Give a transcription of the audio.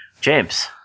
James